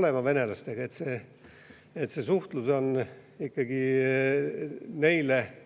olema venelastega, et see suhtlus toimib ikkagi ainult